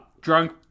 Drunk